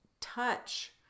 touch